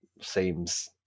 seems